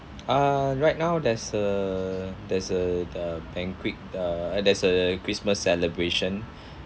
ah right now there's a there's a the banquet uh there's a christmas celebration